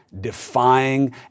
defying